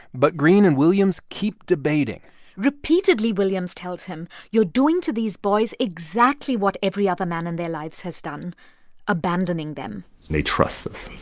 but greene and williams keep debating repeatedly, williams tells him you're doing to these boys exactly what every other man in their lives has done abandoning them they trust us.